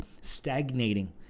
stagnating